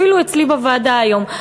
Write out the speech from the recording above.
אפילו אצלי בוועדה היום,